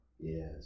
Yes